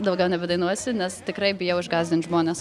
daugiau nebedainuosiu nes tikrai bijau išgąsdint žmones